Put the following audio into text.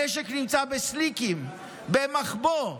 הנשק נמצא בסליקים, במחבוא.